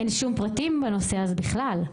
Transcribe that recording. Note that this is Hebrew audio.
אין שום פרטים בנושא הזה בכלל.